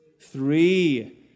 Three